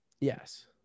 Yes